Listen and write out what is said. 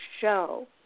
show